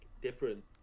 different